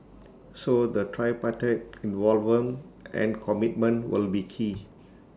so the tripartite involvement and commitment will be key